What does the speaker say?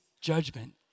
judgment